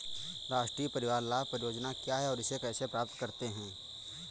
राष्ट्रीय परिवार लाभ परियोजना क्या है और इसे कैसे प्राप्त करते हैं?